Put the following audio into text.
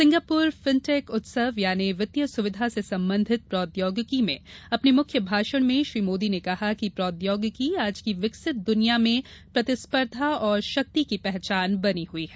Singapore fintech उत्सव यानि वित्तीय सुविधा से संबंधित प्रौद्योगिकी में अपने मुख्य भाषण में श्री मोदी ने ँकहा कि प्रौद्योगिकी आज की विकसित दुनिया में प्रतिस्पर्धा और शक्ति की पहचान बनी हई है